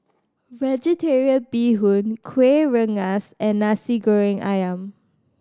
Vegetarian Bee Hoon Kuih Rengas and Nasi Goreng Ayam